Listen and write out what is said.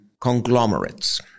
conglomerates